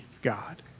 God